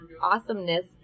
Awesomeness